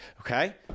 okay